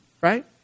Right